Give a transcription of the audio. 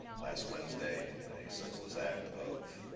last wednesday in a senseless act of